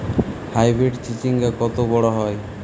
Hybrid চিচিংঙ্গা কত বড় হয়?